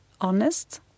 honest